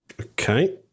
Okay